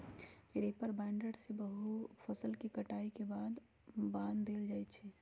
reaper binder से फसल के कटाई के बाद बान देल जाई छई